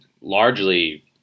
largely